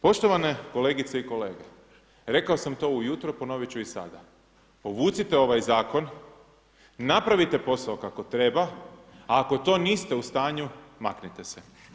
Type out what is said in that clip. Poštovane kolegice i kolege, rekao sam to ujutro, ponovit ću i sada, povucite ovaj zakon, napravite posao kako treba, ako to niste u stanju, maknite se.